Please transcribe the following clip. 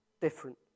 different